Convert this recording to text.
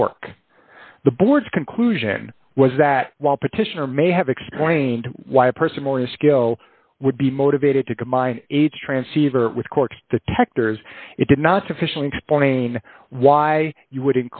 cork the board's conclusion was that while petitioner may have explained why a person or a skill would be motivated to combine each transceiver with cork's detectors it did not sufficiently explain why you would